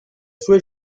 sue